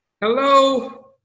Hello